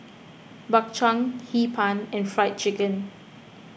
Bak Chang Hee Pan and Fried Chicken